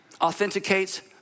authenticates